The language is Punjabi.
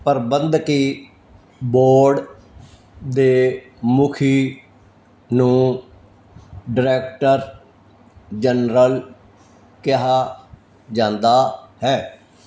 ਪ੍ਰਬੰਧਕੀ ਬੋਰਡ ਦੇ ਮੁਖੀ ਨੂੰ ਡਾਇਰੈਕਟਰ ਜਨਰਲ ਕਿਹਾ ਜਾਂਦਾ ਹੈ